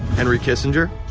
henry kissinger,